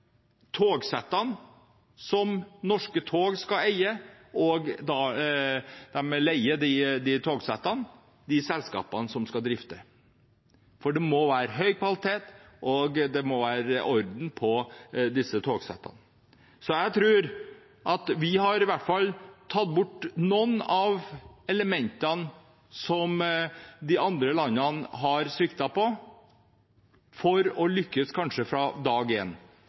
togsettene, som Norske tog skal eie her. De leier ut togsett til de selskapene som skal drifte. For det må være høy kvalitet, og det må være orden på disse togsettene. Så jeg tror at vi i hvert fall har tatt bort noen av elementene som de andre landene har sviktet på – for kanskje å lykkes fra dag